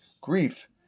Grief